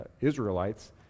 Israelites